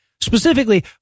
Specifically